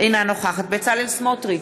אינה נוכחת בצלאל סמוטריץ,